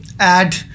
add